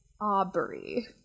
Aubrey